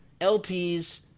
LPs